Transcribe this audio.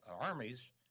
armies